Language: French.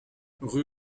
rue